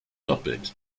doppelt